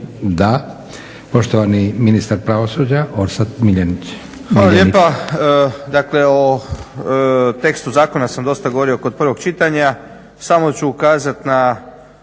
Da. Poštovani ministar pravosuđa Orsat Miljenić. **Miljenić, Orsat** Hvala lijepa. Dakle, o tekstu zakona sam dosta govorio kod prvog čitanja. Samo ću kazat na